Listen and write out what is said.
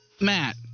Matt